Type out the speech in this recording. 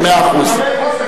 יגיע, בחירות.